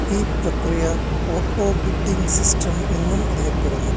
ഈ പ്രക്രിയ auto bidding system എന്നും അറിയപ്പെടുന്നു